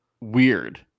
weird